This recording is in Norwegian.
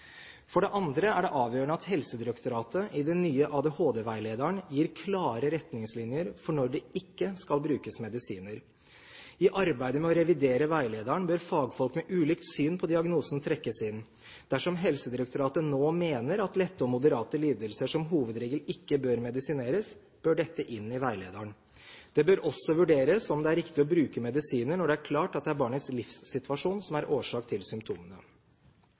For det andre er det avgjørende at Helsedirektoratet i den nye ADHD-veilederen gir klare retningslinjer for når det ikke skal brukes medisiner. I arbeidet med å revidere veilederen bør fagfolk med ulike syn på diagnosen trekkes inn. Dersom Helsedirektoratet nå mener at lette og moderate lidelser som hovedregel ikke bør medisineres, bør dette inn i veilederen. Det bør også vurderes om det er riktig å bruke medisiner når det er klart at det er barnets livssituasjon som er årsak til symptomene.